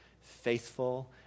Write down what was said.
faithful